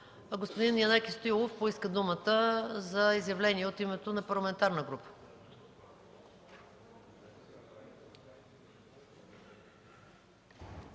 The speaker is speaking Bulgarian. Господин Янаки Стоилов поиска думата за изявление от името на парламентарна група.